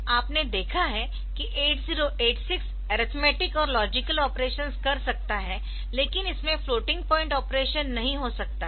आपने देखा है कि 8086 अरिथमेटिक और लॉजिकल ऑपरेशन्सकर सकता है लेकिन इसमें फ्लोटिंग पॉइंट ऑपरेशन नहीं हो सकता है